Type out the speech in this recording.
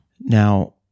Now